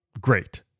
great